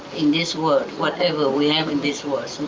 in this world, whatever we have in this world,